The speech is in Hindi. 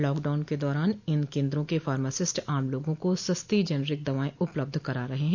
लॉकडाउन के दौरान इन केन्द्रों के फार्मासिस्ट आम लोगों को सस्ती जेनरिक दवाएं उपलब्ध करा रहे हैं